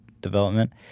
development